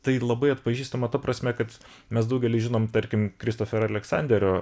tai labai atpažįstama ta prasme kad mes daugelis žinom tarkim kristofer aleksanderio